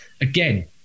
again